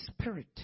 Spirit